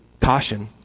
caution